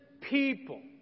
people